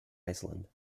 iceland